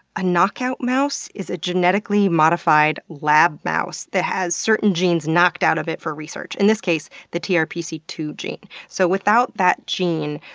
a knockout mouse is a genetically modified lab mouse that has had certain genes knocked out of it for research, in this case the t r p c two gene. so without that gene,